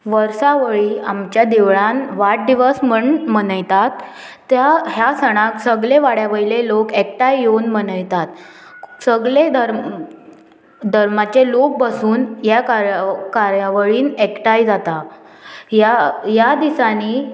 वर्सावळी आमच्या देवळान वाडदिवस म्हण मनयतात त्या ह्या सणाक सगले वाड्या वयले लोक एकठांय येवन मनयतात सगळे धर्म धर्माचे लोक बसून ह्या कार्या कार्यावळीन एकठांय जाता ह्या ह्या दिसांनी